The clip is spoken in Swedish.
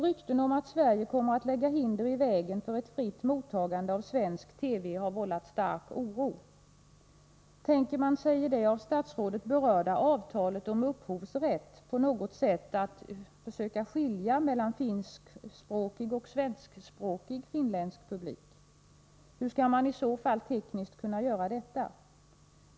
Ryktena om att Sverige kommer att lägga hinder i vägen för ett fritt mottagande av svenska TV-program har vållat stark oro. Tänker man sig i det av statsrådet berörda avtalet om upphovsrätt på något sätt försöka skilja mellan finskspråkig och svenskspråkig finländsk publik? Hur skall man i så fall tekniskt kunna göra detta?